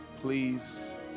please